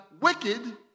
wicked